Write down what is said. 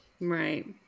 Right